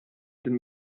den